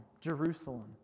Jerusalem